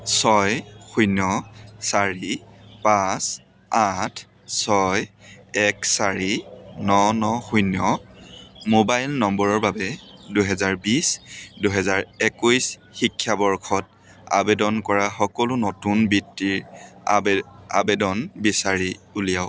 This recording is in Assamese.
ছয় শূন্য চাৰি পাঁচ আঠ ছয় এক চাৰি ন ন শূন্য মোবাইল নম্বৰৰ বাবে দুহেজাৰ বিছ দুহেজাৰ একৈছ শিক্ষাবৰ্ষত আবেদন কৰা সকলো নতুন বৃত্তিৰ আ আবেদন বিচাৰি উলিয়াওক